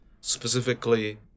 specifically